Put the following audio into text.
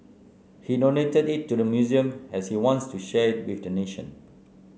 he donated it to the museum as he wants to share it with the nation